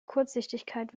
kurzsichtigkeit